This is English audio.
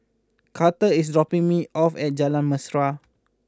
Karter is dropping me off at Jalan Mesra